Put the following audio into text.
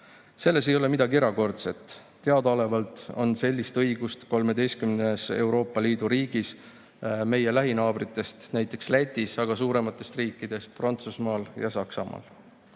Selles ei ole midagi erakordset. Teadaolevalt on sellist õigust 13-s Euroopa Liidu riigis, meie lähinaabritest näiteks Lätis, suurematest riikidest Prantsusmaal ja Saksamaal. Ma